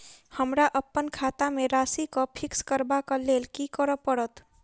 हमरा अप्पन खाता केँ राशि कऽ फिक्स करबाक लेल की करऽ पड़त?